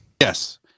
yes